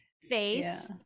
face